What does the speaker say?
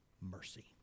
mercy